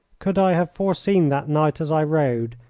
could i have foreseen that night as i rode,